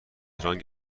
تهران